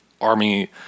army